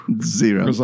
Zero